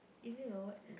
Indian got what